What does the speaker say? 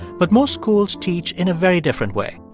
but most schools teach in a very different way.